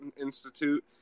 Institute